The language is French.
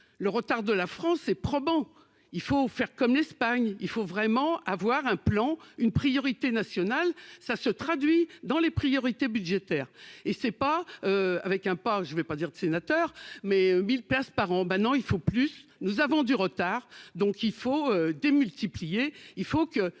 le retard de la France est probant : il faut faire comme l'Espagne, il faut vraiment avoir un plan, une priorité nationale, ça se traduit dans les priorités budgétaires et c'est pas avec un pas, je ne vais pas dire de sénateur, mais Bill places par an, ben non, il ne faut plus, nous avons du retard, donc il faut démultiplier, il faut que